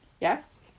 Yes